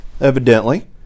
evidently